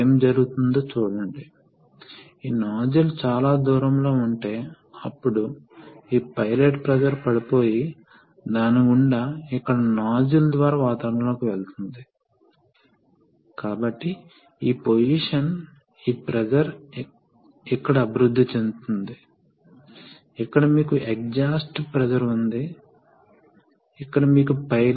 ఇప్పుడు ఏమి జరుగుతుంది మనము రిట్రాక్షన్ కోరుకుంటున్నాము అప్పుడు మనము ఈ సోలేనోయిడ్ ను ఆపరేట్ చేస్తాము కాబట్టి రెట్రాక్షన్ సమయంలో ఇప్పుడు ఈ లైన్ B పంపుతో అనుసంధానించబడి ఉంది కనుక ఇది ఎలా ప్రవహిస్తుంది కాబట్టి ఇది ఈ మార్గం గుండా ప్రవహిస్తుంది మరియు ఇది ఇప్పుడు చెక్ వాల్వ్కు ప్రవహిస్తుంది ఇది ఫ్రీ డైరెక్షన్ ఇది ఇప్పటికీ ఆపివేయబడింది ఈ లైన్ ఆఫ్లో ఉందని అర్థం